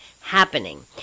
happening